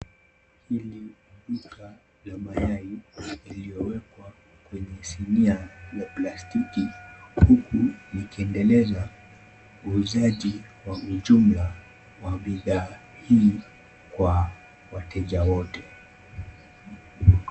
Hili duka la mayai iliyowekwa kwenye sinia la plastiki huku likiendeleza uuzaji wa ujumla wa bidhaa hii kwa wateja wote.